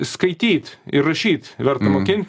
skaityt ir rašyt verta mokint